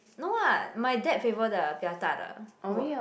no [what] my dad favor the 比较大的我